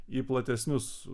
į platesnius